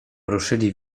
ruszyli